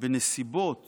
בנסיבות